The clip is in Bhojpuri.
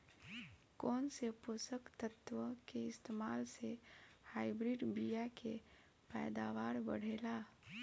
कौन से पोषक तत्व के इस्तेमाल से हाइब्रिड बीया के पैदावार बढ़ेला?